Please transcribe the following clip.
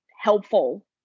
helpful